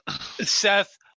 Seth